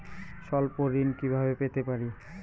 স্বল্প ঋণ কিভাবে পেতে পারি?